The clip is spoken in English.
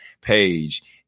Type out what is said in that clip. page